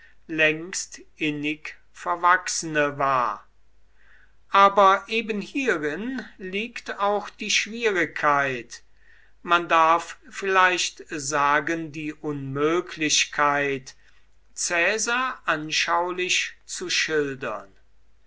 längst innig verwachsene war aber eben hierin liegt auch die schwierigkeit man darf vielleicht sagen die unmöglichkeit caesar anschaulich zu schildern